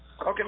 Okay